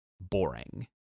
boring